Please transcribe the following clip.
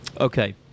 Okay